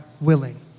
willing